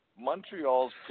Montreal's